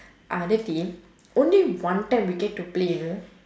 other team only one time we get to play you know